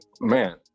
man